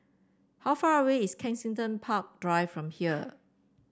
how far away is Kensington Park Drive from here